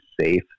safe